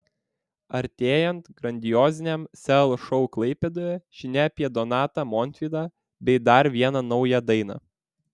artėjant grandioziniam sel šou klaipėdoje žinia apie donatą montvydą bei dar vieną naują dainą